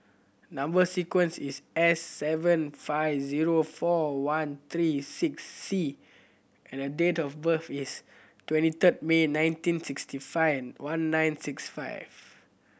number sequence is S seven five zero four one three six C and date of birth is twenty third May nineteen sixty five one nine six five